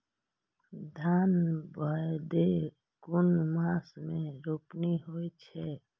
धान भदेय कुन मास में रोपनी होय छै?